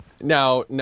Now